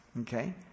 okay